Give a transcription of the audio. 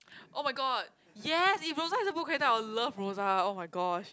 [oh]-my-god yes if Rosa is a book character I'll love Rosa [oh]-my-gosh